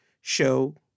show